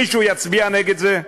מישהו יצביע נגד זה?